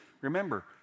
remember